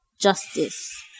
justice